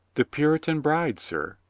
the puritan bride, sir,